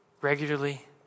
regularly